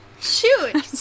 shoot